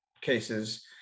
cases